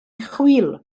chwil